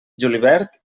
julivert